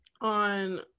on